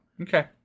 Okay